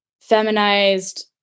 feminized